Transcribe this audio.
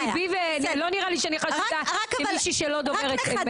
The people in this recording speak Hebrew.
לא נראה לי שאני חשודה כמישהי שלא דוברת אמת.